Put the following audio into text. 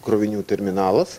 krovinių terminalas